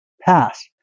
Pass